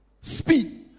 speed